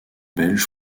belge